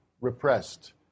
repressed